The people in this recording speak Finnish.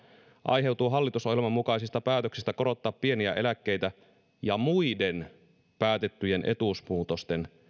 aiheutuu halllitusohjelman mukaisista päätöksistä korottaa pieniä eläkkeitä ja muiden päätettyjen etuusmuutosten